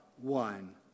one